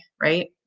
Right